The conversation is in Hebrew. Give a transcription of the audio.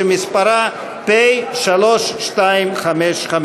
שמספרה פ/3255.